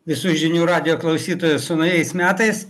visų žinių radijo klausytojai su naujais metais